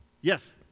Yes